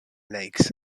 lakes